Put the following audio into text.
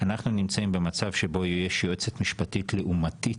אנחנו נמצאים במצב שבו יש יועצת משפטית לעומתית,